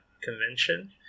convention